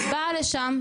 באה לשם,